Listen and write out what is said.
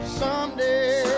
someday